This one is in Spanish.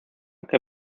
que